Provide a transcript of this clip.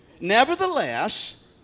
Nevertheless